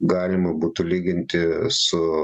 galima būtų lyginti su